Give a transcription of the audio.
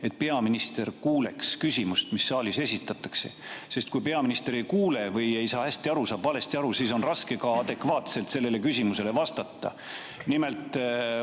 et peaminister kuuleks küsimust, mis saalis esitatakse? Kui peaminister ei kuule, ei saa hästi aru või saab valesti aru, siis on raske ka adekvaatselt sellele küsimusele vastata.